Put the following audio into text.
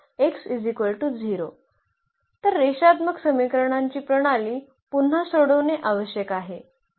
तर रेषात्मक समीकरणांची प्रणाली पुन्हा सोडवणे आवश्यक आहे